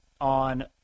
on